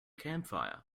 campfire